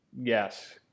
yes